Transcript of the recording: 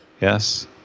Yes